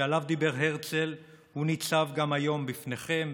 שעליו דיבר הרצל ניצב גם היום בפניכם,